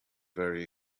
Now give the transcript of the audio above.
very